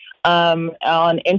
On